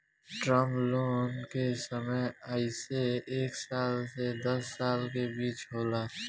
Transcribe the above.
term loan के समय अइसे एक साल से दस साल के बीच होला